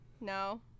No